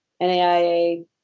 NAIA